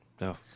No